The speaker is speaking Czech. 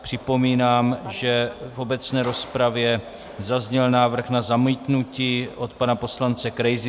Připomínám, že v obecné rozpravě zazněl návrh na zamítnutí od pana poslance Krejzy.